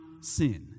sin